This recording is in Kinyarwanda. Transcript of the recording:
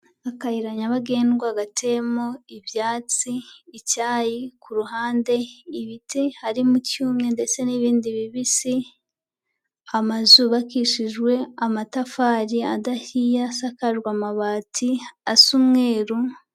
Akayira nyabagendwa gateyemo ibyatsi, icyayi ku ruhande ibiti harimo icyumye ndetse n'ibindi bibisi, amazu yubakishijwe amatafari adahiye asakajwe amabati asa umweru.